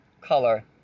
color